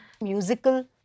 Musical